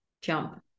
jump